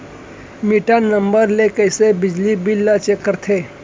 Metre number ले कइसे बिजली बिल ल चेक करथे?